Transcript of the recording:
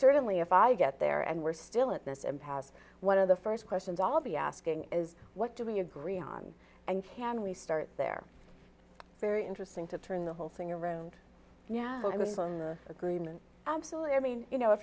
certainly if i get there and we're still in this impasse one of the first questions i'll be asking is what do we agree on and can we start there very interesting to turn the whole thing around yeah well i was on the agreement absolutely i mean you know